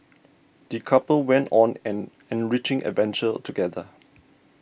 the couple went on an enriching adventure together